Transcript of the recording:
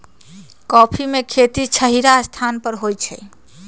coffee में खेती छहिरा स्थान पर होइ छइ